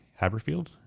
Haberfield